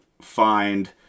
find